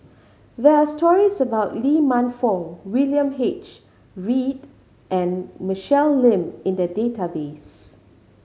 there are stories about Lee Man Fong William H Read and Michelle Lim in the database